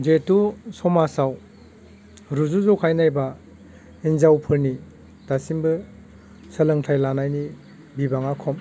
जिहेतु समाजाव रुजुजखायै नायोब्ला हिनजावफोरनि दासिमबो सोलोंथाइ लानायनि बिबाङा खम